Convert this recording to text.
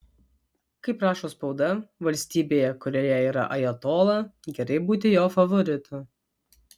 kaip rašo spauda valstybėje kurioje yra ajatola gerai būti jo favoritu